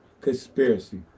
conspiracy